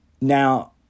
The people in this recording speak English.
Now